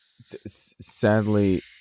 sadly